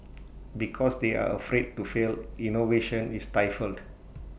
because they are afraid to fail innovation is stifled